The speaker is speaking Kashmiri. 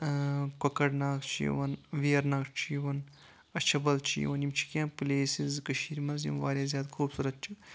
کۄکرناگ چھُ یِوان ویرناگ چھُ یِوان اَچھِ بل چھُ یوان یِم چھِ کیٚنٛہہ پَلیسٕز کٔشیٖر منٛز یِم واریاہ زیادٕ خوٗبصوٗرَت چھِ